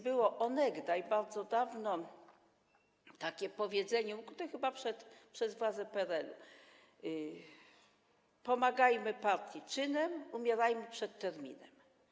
Było onegdaj, bardzo dawno temu, takie powiedzenie, ukute chyba przez władze PRL-u: pomagajmy partii czynem, umierajmy przed terminem.